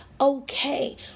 okay